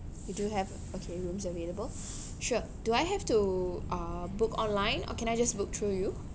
you do have okay rooms available sure do I have to uh book online or can I just book through you